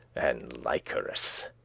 and likerous.